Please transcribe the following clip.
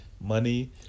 money